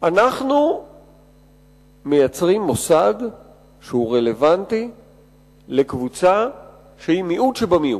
אנחנו מייצרים מוסד שהוא רלוונטי לקבוצה שהיא מיעוט שבמיעוט.